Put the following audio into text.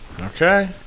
Okay